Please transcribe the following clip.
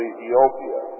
Ethiopia